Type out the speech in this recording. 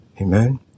Amen